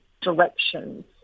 directions